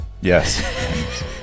Yes